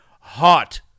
hot